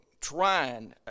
trying